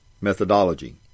methodology